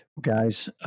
Guys